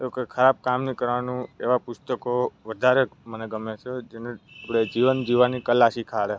એવું કોઈ ખરાબ કામ નહીં કરવાનું એવા પુસ્તકો વધારે મને ગમે છે જેને આપણે જીવન જીવાની કલા શીખવાડે